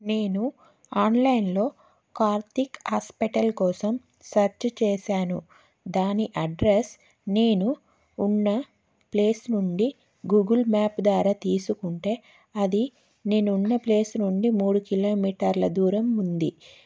నేను ఆన్లైన్లో కార్తిక్ హాస్పిటల్ కోసం సర్చ్ చేశాను దాని అడ్రెస్ నేను ఉన్న ప్లేస్ నుండి గూగుల్ మ్యాప్ ద్వారా తీసుకుంటే అది నేనున్న ప్లేస్ నుండి మూడు కిలోమీటర్ల దూరం ఉంది